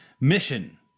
Mission